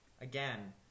again